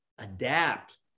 Adapt